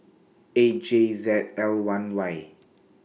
eight J Z L one Y